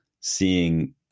seeing